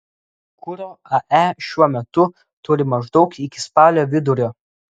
kuro ae šiuo metu turi maždaug iki spalio vidurio